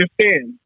understand